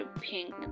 pink